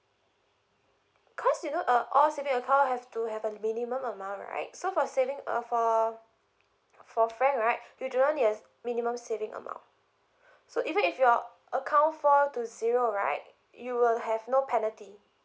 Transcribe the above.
cause you know uh all saving account have to have a minimum amount right so for saving uh for for frank right you do not need a minimum saving amount so even if your account fall to zero right you will have no penalty